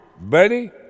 Buddy